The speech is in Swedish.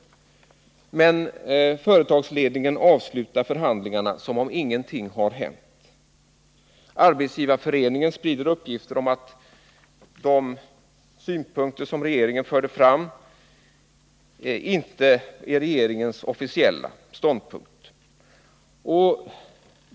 Men företagsledningen avslutar förhandlingarna som om ingenting har hänt. Vidare sprider arbetsgivareföreningen uppgifter om att de synpunkter som regeringen presenterat informellt inte är regeringens officiella ståndpunkt.